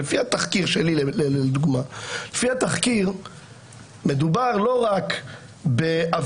שלפי התחקיר לדוגמה מדובר לא רק בעבירות